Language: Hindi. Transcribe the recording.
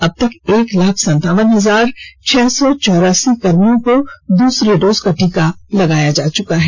अबतक एक लाख सन्ताबन हजार छह सौ चौरासी कर्मियों को दूसरी डोज का टीका लगाया जा चुका है